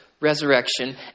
resurrection